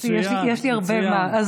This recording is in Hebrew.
יש לי הרבה מה.